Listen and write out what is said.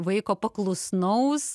vaiko paklusnaus